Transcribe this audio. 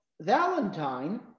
Valentine